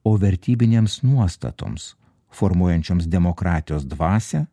o vertybinėms nuostatoms formuojančioms demokratijos dvasią